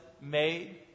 made